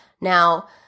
Now